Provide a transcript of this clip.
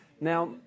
Now